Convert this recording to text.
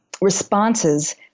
responses